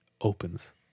opens